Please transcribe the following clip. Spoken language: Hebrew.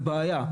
בבעיה.